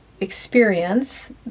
experience